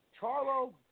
Charlo